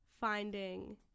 finding